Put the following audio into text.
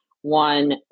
one